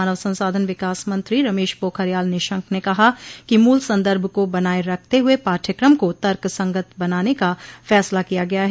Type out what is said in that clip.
मानव संसाधन विकास मंत्री रमेश पोखरियाल निशंक ने कहा कि मूल संदर्भ को बनाए रखते हुए पाठ्यक्रम को तर्कसंगत बनाने का फैसला किया गया है